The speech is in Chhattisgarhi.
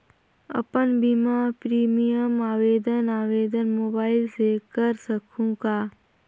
अपन बीमा प्रीमियम आवेदन आवेदन मोबाइल से कर सकहुं का?